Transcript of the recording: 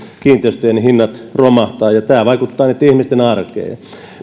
kiinteistöjen hinnat romahtavat ja tämä vaikuttaa näitten ihmisten arkeen